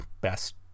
best